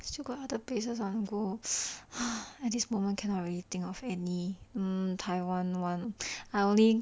still got other places I want to go at this moment cannot really think of any um taiwan [one] I only